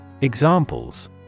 Examples